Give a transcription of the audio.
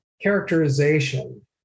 characterization